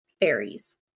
fairies